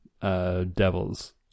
devils